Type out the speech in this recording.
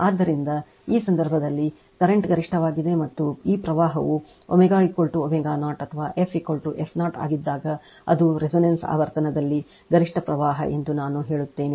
ಆದ್ದರಿಂದ ಆ ಸಂದರ್ಭದಲ್ಲಿ ಕರೆಂಟ್ ಗರಿಷ್ಠವಾಗಿದೆ ಮತ್ತು ಈ ಪ್ರವಾಹವು ω ω0 ಅಥವಾ f f 0 ಆಗಿದ್ದಾಗ ಅದು resonance ಆವರ್ತನದಲ್ಲಿ ಗರಿಷ್ಠ ಪ್ರವಾಹ ಎಂದು ನಾನು ಹೇಳುತ್ತೇನೆ